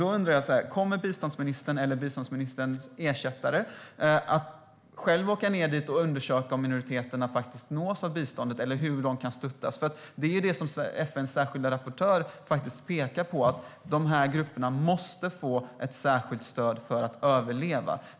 Då undrar jag: Kommer biståndsministern eller hennes ersättare att själv åka ned dit och undersöka om minoriteterna faktiskt nås av biståndet eller hur de kan stöttas? FN:s särskilda rapportör pekar på att de här grupperna måste få ett särskilt stöd för att överleva.